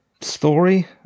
Story